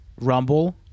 rumble